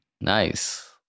Nice